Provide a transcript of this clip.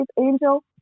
Angel